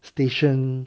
station